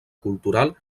cultural